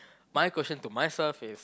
my question to myself is